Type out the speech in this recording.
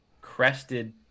crested